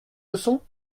leçon